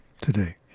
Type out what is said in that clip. today